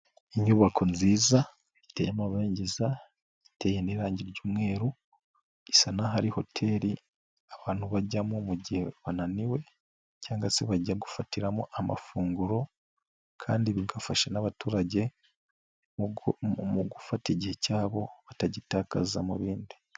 Inyubako nziza iteye amabengeza, iteye n'irangi ry'umweru isa n'aho ari hoteli abantu bajyamo mu gihe bananiwe cyangwa se bajya gufatiramo amafunguro kandi bigafasha n'abaturage mu gufata igihe cyabo batagitakaza mu bindi.